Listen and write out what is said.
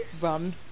run